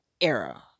era